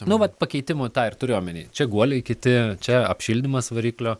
nu vat pakeitimų tą ir turiu omeny čia guoliai kiti čia apšildymas variklio